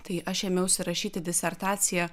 tai aš ėmiausi rašyti disertaciją